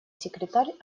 секретарь